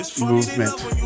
movement